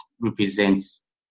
represents